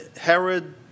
Herod